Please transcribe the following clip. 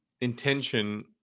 intention